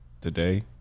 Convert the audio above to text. today